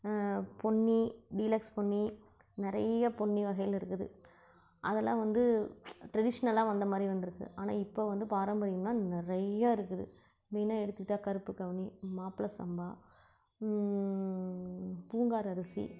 Ponni deluxe Ponni நிறைய பொன்னி வகைகள் இருக்குது அதெல்லாம் வந்து ட்ரெடிஷ்னலாக வந்த மாதிரி வந்துருக்குது ஆனால் இப்போ வந்து பாரம்பரியம்னால் நிறையா இருக்குது மெயினாக எடுத்துக்கிட்டால் கருப்பு கவுனி மாப்பிள சம்பா பூங்கார் அரிசி